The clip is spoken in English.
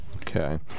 Okay